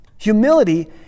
Humility